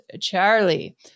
Charlie